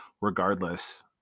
regardless